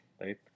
right